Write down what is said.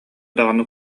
даҕаны